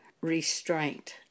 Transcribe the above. restraint